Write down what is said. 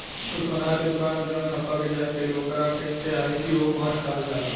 तू सोनार के दुकान मे जवन ठप्पा के जाँच कईल ओकर के आई.एस.ओ मार्क कहल जाला